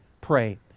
Pray